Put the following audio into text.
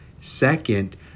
second